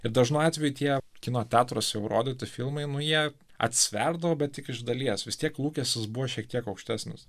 ir dažnu atveju tie kino teatruose jau rodyti filmai nu jie atsverdavo bet tik iš dalies vis tiek lūkestis buvo šiek tiek aukštesnis